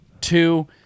Two